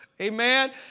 Amen